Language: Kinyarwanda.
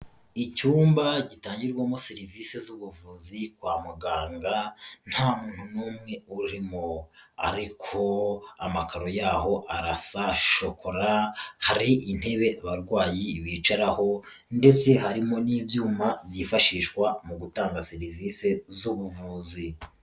Icyumba gitangirwamo serivisi z'ubuvuzi kwa muganga, nta muntu n'umwe urimo, ariko amakaro yaho arasa shokora, hari intebe abarwayi bicaraho ndetse harimo n'ibyuma byifashishwa mu gutanga serivisi z'ubuvuzi.